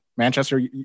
Manchester